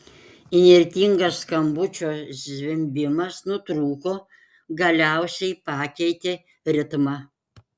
įnirtingas skambučio zvimbimas nutrūko galiausiai pakeitė ritmą